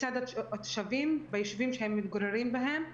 מצד התושבים ביישובים שהן מתגוררות בהם.